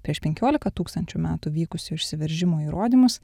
prieš penkiolika tūkstančių metų vykusio išsiveržimo įrodymus